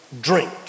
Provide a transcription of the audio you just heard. drink